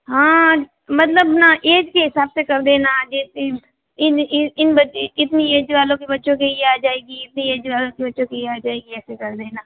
हाँ मतलब ना ऐज के हिसाब से कर देना जैसे इन ई इन बच्चे इतनी ऐज वालों के बच्चों के लिए ये आ जाएगी इतनी ऐज वालों के लिए ये आ जाएगी ऐसे कर देना